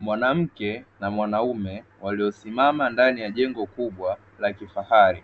Mwanamke na mwanaume waliosimama ndani ya jengo kubwa la kifahari